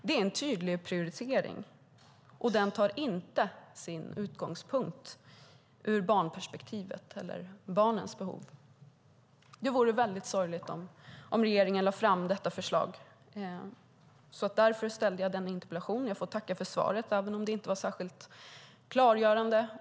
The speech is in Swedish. Det är en tydlig prioritering, och den tar inte sin utgångspunkt i barnperspektivet eller barnens behov. Det vore väldigt sorgligt om regeringen lade fram detta förslag. Därför har jag ställt min interpellation. Jag får tacka för svaret, även om det inte var särskilt klargörande.